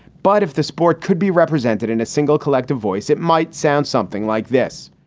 but if the sport could be represented in a single collective voice, it might sound something like this.